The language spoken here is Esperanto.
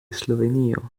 slovenio